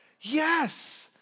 Yes